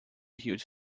huge